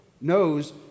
knows